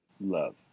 love